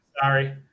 Sorry